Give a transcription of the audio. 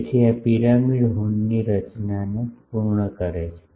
તેથી આ પિરામિડ હોર્નની રચનાને પૂર્ણ કરે છે